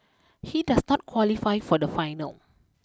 he does not qualify for the final